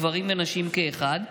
גברים ונשים כאחד,